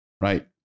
right